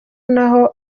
naho